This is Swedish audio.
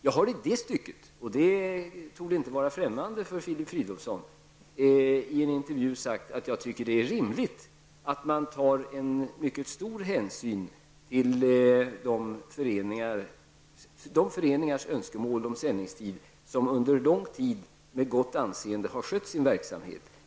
Jag har i det stycket -- och det torde inte vara främmande för Filip Fridolfsson -- i en intervju sagt att jag tycker att det är rimligt att ta stor hänsyn till önskemålen om sändningstid från de föreningar som under lång tid med gott anseende har skött sin verksamhet.